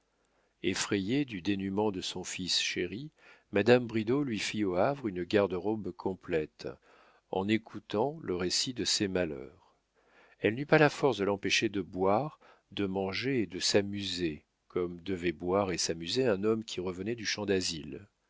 effrayée du dénûment de son fils chéri madame bridau lui fit au havre une garde-robe complète en écoutant le récit de ses malheurs elle n'eut pas la force de l'empêcher de boire de manger et de s'amuser comme devait boire et s'amuser un homme qui revenait du champ dasile